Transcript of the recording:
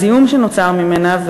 והזיהום שנוצר ממנו,